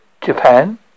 Japan